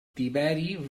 tiberi